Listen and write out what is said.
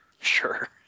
Sure